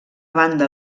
banda